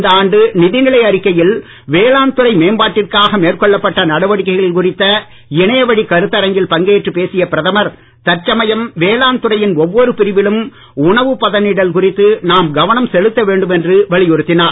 இந்த ஆண்டு நிதிநிலை அறிக்கையில் வேளாண் துறை மேம்பாட்டிற்காக மேற்கொள்ளப்பட்ட நடவடிக்கைகள் குறித்த இணைய வழி கருத்தரங்கில் பங்கேற்றுப் பேசிய பிரதமர் தற்சமயம் வேளாண் துறையின் ஒவ்வொரு பிரிவிலும் உணவு பதனிடல் குறித்து நாம் கவனம் செலுத்த வேண்டும் என்று வலியுறுத்தினார்